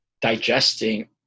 digesting